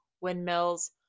windmills